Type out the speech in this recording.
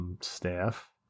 staff